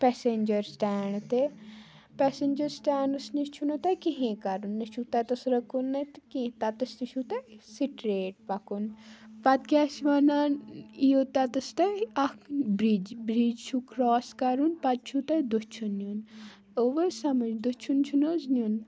passenger stand تہِ passenger سِٹٮ۪نٛڈَس نِش چھُو نہٕ تۄہہِ کِہیٖنۍ کَرُن نہ چھُو تَتِس رُکُن نہ تہِ کیٚنہہ تَتِس تہِ چھُو تۄہہِ سِٹرٛیٹ پَکُن پَتہٕ کیٛاہ چھِ وَنان یِیو تَتَس تۄہہِ اَکھ بِرٛج بِرٛج چھُو کرٛاس کَرُن پَتہٕ چھُو تۄہہِ دٔچھُن نیُن آوٕ حظ سمجھ دٔچھُن چھُنہٕ حظ نیُن